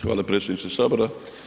Hvala predsjedniče Sabora.